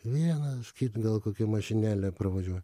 vienas kit gal kokia mašinėlė pravažiuoja